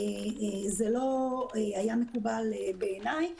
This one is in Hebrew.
זה לא היה מקובל בעיניי,